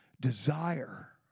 desire